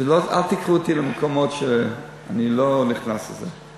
אל תיקחו אותי למקומות שאני לא נכנס לזה.